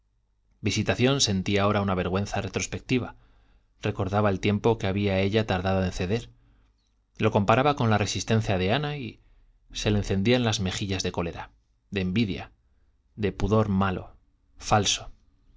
visitación sentía ahora una vergüenza retrospectiva recordaba el tiempo que había ella tardado en ceder lo comparaba con la resistencia de ana y se le encendían las mejillas de cólera de envidia de pudor malo falso